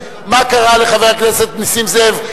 מה קרה לחבר הכנסת נסים זאב,